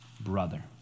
brother